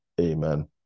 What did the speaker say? Amen